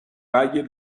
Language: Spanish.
valle